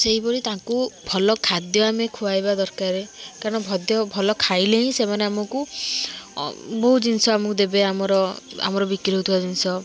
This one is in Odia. ସେଇ ଭଳି ତାଙ୍କୁ ଭଲ ଖାଦ୍ୟ ଆମେ ଖୁଆଇବା ଦରକାର କାରଣ ଖାଦ୍ୟ ଭଲ ଖାଇଲେ ହିଁ ସେମାନେ ଆମକୁ ବହୁତ ଜିନିଷ ଆମକୁ ଦେବେ ଆମର ଆମର ବିକ୍ରି ହେଉଥିବା ଜିନିଷ